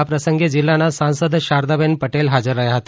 આ પ્રસંગે જિલ્લાના સાંસદ શારદાબેન પટેલ હાજર રહ્યા હતા